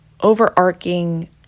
overarching